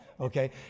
Okay